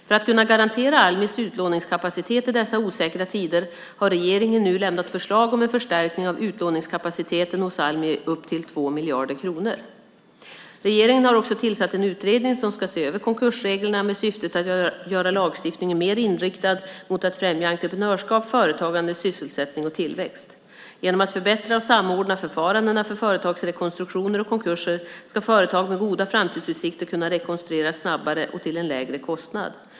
För att kunna garantera Almis utlåningskapacitet i dessa osäkra tider har regeringen nu lämnat förslag om en förstärkning av utlåningskapaciteten hos Almi upp till 2 miljarder kronor. Regeringen har också tillsatt en utredning som ska se över konkursreglerna med syftet att göra lagstiftningen mer inriktad mot att främja entreprenörskap, företagande, sysselsättning och tillväxt. Genom att förbättra och samordna förfarandena för företagsrekonstruktioner och konkurser ska företag med goda framtidsutsikter kunna rekonstrueras snabbare och till en lägre kostnad.